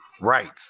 Right